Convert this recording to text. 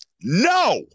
no